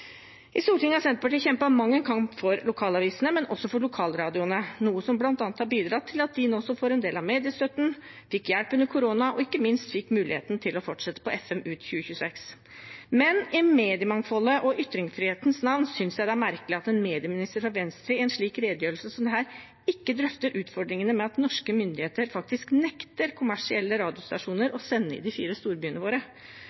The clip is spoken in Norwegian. I Stortinget har Senterpartiet kjempet mang en kamp for lokalavisene, men også for lokalradioene, noe som bl.a. har bidratt til at de nå får en del av mediestøtten, fikk hjelp under korona og ikke minst fikk muligheten til å fortsette på FM ut 2026. Men i mediemangfoldet og ytringsfrihetens navn synes jeg det er merkelig at en medieminister fra Venstre, i en redegjørelse som dette, ikke drøfter utfordringene med at norske myndigheter nekter kommersielle radiostasjoner å sende i de fire storbyene våre,